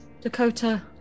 Dakota